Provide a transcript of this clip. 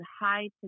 high